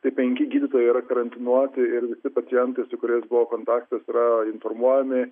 tai penki gydytojai yra karantinuoti ir visi pacientai su kuriais buvo kontaktas yra informuojami